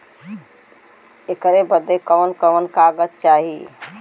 ऐकर बदे कवन कवन कागज चाही?